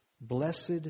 Blessed